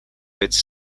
its